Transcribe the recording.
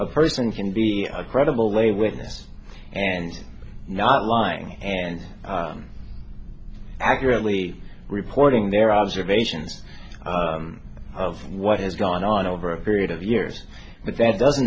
a person can be a credible a witness and not lying and accurately reporting their observations of what has gone on over a period of years but that doesn't